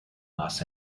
los